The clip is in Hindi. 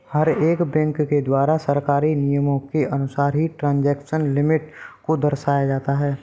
हर एक बैंक के द्वारा सरकारी नियमों के अनुसार ही ट्रांजेक्शन लिमिट को दर्शाया जाता है